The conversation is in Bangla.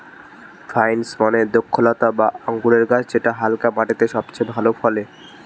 ভাইন্স মানে দ্রক্ষলতা বা আঙুরের গাছ যেটা হালকা মাটিতে সবচেয়ে ভালো ফলে